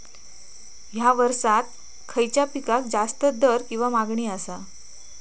हया वर्सात खइच्या पिकाक जास्त दर किंवा मागणी आसा?